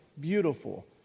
beautiful